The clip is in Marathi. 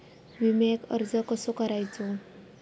विम्याक अर्ज कसो करायचो?